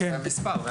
מה צפי הזמנים?